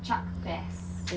chuck bass